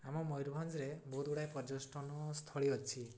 ଆମ ମୟୂରଭଞ୍ଜରେ ବହୁତ ଗୁଡ଼ାଏ ପର୍ଯ୍ୟଟନସ୍ଥଳୀ ଅଛି